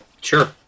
Sure